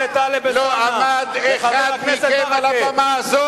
חבר הכנסת טלב אלסאנע וחבר הכנסת ברכה,